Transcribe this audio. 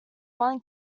one